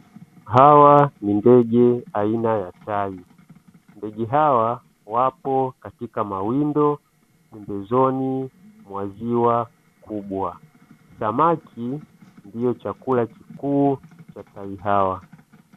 Hawa ni ndege aina ya tai. Ndege hawa wapo katika mawindo pembezoni mwa ziwa kubwa, samaki ndio chakula kikuu cha tai hawa.